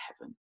heaven